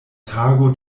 tago